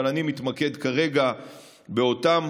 אבל אני מתמקד כרגע באותם